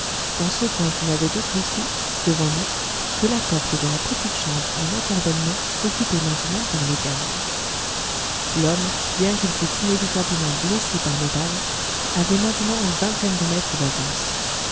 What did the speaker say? dans ce coin qui n'avait d'autre issue devant nous que la porte de la petite chambre en encorbellement habitée maintenant par le garde l'homme bien qu'il fût inévitablement blessé par nos balles avait maintenant une vingtaine de mètres d'avance